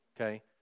Okay